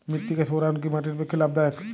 মৃত্তিকা সৌরায়ন কি মাটির পক্ষে লাভদায়ক?